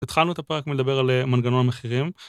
התחלנו את הפרק מלדבר על מנגנון המחירים.